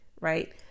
right